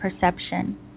perception